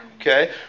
okay